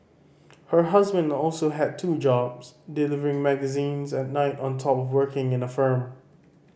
her husband also had two jobs delivering magazines at night on top of working in a firm